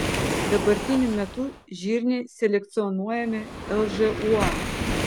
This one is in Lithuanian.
dabartiniu metu žirniai selekcionuojami lžūa